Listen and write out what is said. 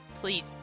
please